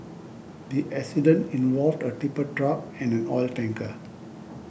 the accident involved a tipper truck and an oil tanker